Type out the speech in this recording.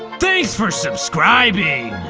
thanks for subscribing!